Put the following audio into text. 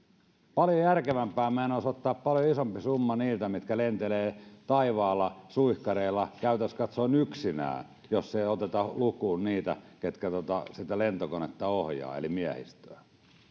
paljon järkevämpää meidän olisi ottaa paljon isompi summa niiltä jotka lentelevät taivaalla suihkareilla käytännössä katsoen yksinään jos ei oteta lukuun niitä ketkä sitä lentokonetta ohjaavat eli miehistöä